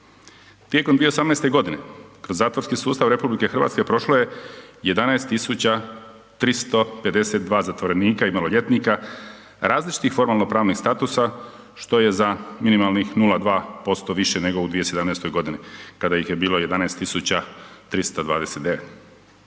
Tijekom 2018. godine kroz zatvorski sustav RH prošlo je 11.352 zatvorenika i maloljetnika različitih formalnopravnih statusa što je za minimalnih 0,2% više nego u 2017. godini kada ih je bilo 11.329.